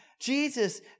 Jesus